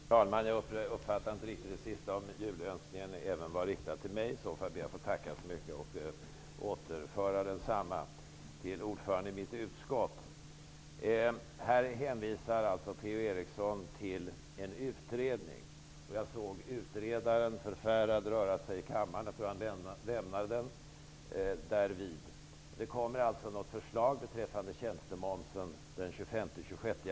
Fru talman! Jag uppfattade inte riktigt om julhälsningen även var riktad till mig. Om den var det ber jag att få tacka så mycket. Jag ber också att få återföra densamma till ordföranden i finansutskottet. Per-Ola Eriksson hänvisar till en utredning. Jag såg nyss utredaren förfärad röra sig i kammaren. Han lämnade visst kammaren. Det skall alltså komma ett slags förslag den 25 eller den 26 januari om tjänstemomsen.